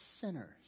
sinners